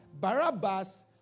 Barabbas